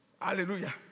Hallelujah